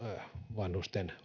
vanhusten